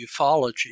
ufology